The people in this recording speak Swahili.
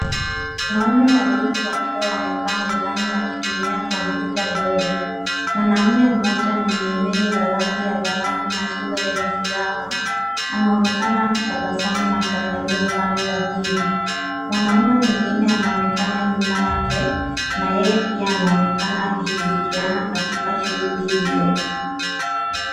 Wanaume wawili wakiwa wamekaa mezani wakitumia kompyuta ndogo. Mwanaume mmoja, mwenye nywele za rangi ya dhahabu na sura yenye furaha. Anaonekana akitabasamu na kuangalia upande wa pili. Mwanaume mwingine anaonekana nyuma yake, na yeye pia anaonekana akishirikiana katika shughuli hiyo.